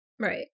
Right